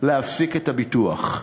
להפסיק את הביטוח.